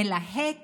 מלהק